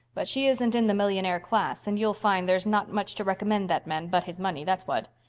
but she isn't in the millionaire class, and you'll find there's not much to recommend that man but his money, that's what.